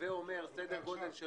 לא יותר מיומיים,